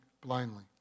blindly